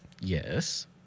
Yes